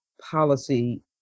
policy